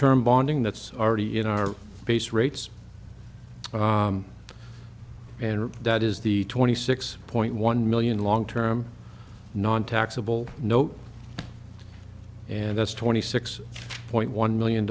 term bonding that's already in our base rates and that is the twenty six point one million longterm nontaxable note and that's twenty six point one million